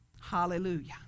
Hallelujah